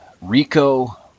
Rico